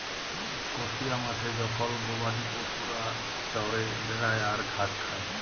কসিয়া মাঠে জখল গবাদি পশুরা চরে বেড়ায় আর ঘাস খায়